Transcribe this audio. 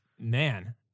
man